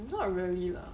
it's not really lah